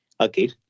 okay